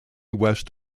west